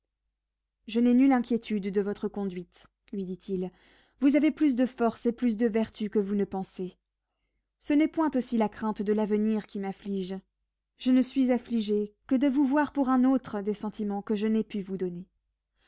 je n'ai nulle inquiétude de votre conduite lui dit-il vous avez plus de force et plus de vertu que vous ne pensez ce n'est point aussi la crainte de l'avenir qui m'afflige je ne suis affligé que de vous voir pour un autre des sentiments que je n'ai pu vous donner